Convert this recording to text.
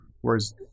whereas